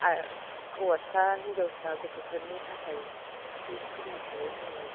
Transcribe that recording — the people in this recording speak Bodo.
आरो हौवासा हिनजावसा गथ'फोरनि थाखाय बिखिनिखोनो बुंबाय आरो